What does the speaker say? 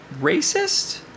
racist